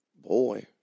Boy